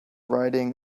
riding